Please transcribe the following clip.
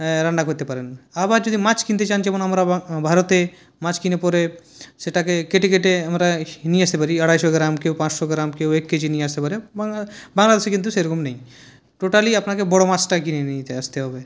রান্না করতে পারেন আবার যদি মাছ কিনতে চান যেমন আমরা ভারতে মাছ কিনে পরে সেটাকে কেটে কেটে আমরা নিয়ে আসতে পারি আড়াইশো গ্রাম কেউ পাঁচশো গ্রাম কেউ এক কেজি নিয়ে আসতে পারে বাংলা বাংলাদেশে কিন্তু সেরকম নেই টোটালি আপনাকে বড়ো মাছটা কিনে নিয়ে আসতে হবে